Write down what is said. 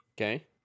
Okay